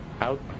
out